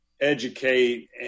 educate